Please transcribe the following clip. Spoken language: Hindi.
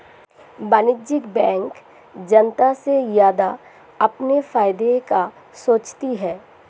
वाणिज्यिक बैंक जनता से ज्यादा अपने फायदे का सोचती है